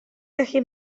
gallu